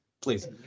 please